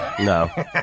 No